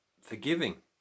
forgiving